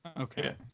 Okay